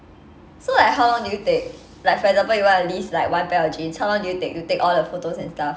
so like how long do you take like for example you want to list like one pair of jeans how long do you take to take all the photos and stuff